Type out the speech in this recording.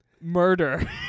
murder